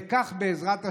בכך, בעזרת השם,